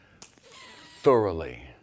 thoroughly